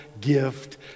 gift